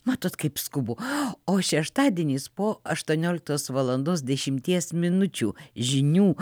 matot kaip skubu o šeštadieniais po aštuonioliktos valandos dešimties minučių žinių